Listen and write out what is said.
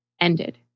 ended